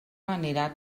anirà